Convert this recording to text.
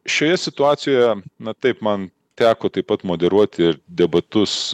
šioje situacijoje na taip man teko taip pat moderuoti ir debatus